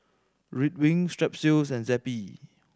Ridwind Strepsils and Zappy